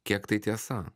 kiek tai tiesa